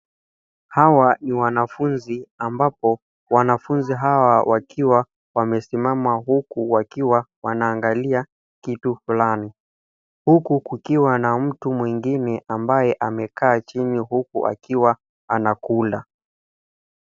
Hawa ni wanafunzi ambapo wanafunzi hawa wakiwa wamesimama huku wakiwa wanaangalia kitu fulani. Huku kukiwa na mtu mwingine ambaye amekaa chini huku akiwa anakula.